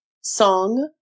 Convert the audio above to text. song